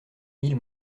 mille